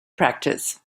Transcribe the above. practice